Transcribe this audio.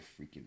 freaking